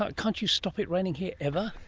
ah can't you stop it raining here ever?